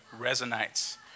resonates